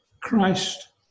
Christ